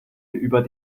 über